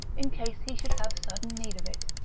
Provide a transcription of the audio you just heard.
in case he should have sudden need of it.